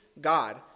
God